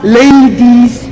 ladies